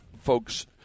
folks